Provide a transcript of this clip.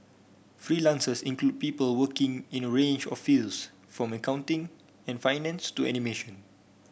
freelancers include people working in a range of fields from accounting and finance to animation